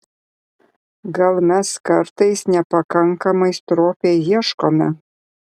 gal mes kartais nepakankamai stropiai ieškome